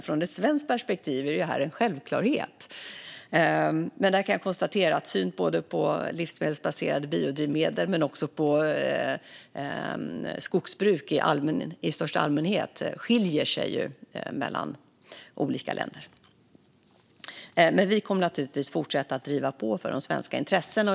Ur ett svenskt perspektiv är detta en självklarhet, men jag kan konstatera att synen på livsmedelsbaserade biodrivmedel men också på skogsbruk i största allmänhet skiljer sig mellan olika länder. Vi kommer naturligtvis att fortsätta att driva på för de svenska intressena.